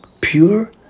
pure